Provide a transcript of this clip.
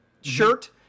shirt